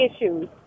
issues